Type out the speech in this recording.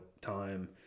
time –